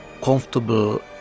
comfortable